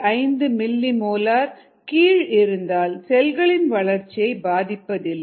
5 millimolar கீழ் இருந்தால் செல்களின் வளர்ச்சியை பாதிப்பதில்லை